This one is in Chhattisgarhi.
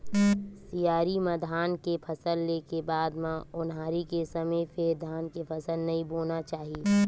सियारी म धान के फसल ले के बाद म ओन्हारी के समे फेर धान के फसल नइ बोना चाही